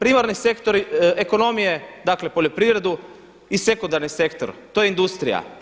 primarni sektor ekonomije, dakle poljoprivredu i sekundarni sektor to je industrija.